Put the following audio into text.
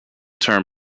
term